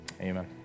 Amen